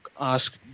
ask